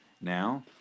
Now